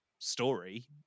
story